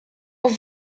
were